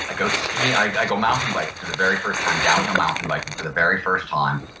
go skiing, i go mountain biking for the very first time downhill mountain biking for the very first time,